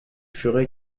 furent